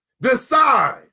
Decide